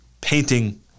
painting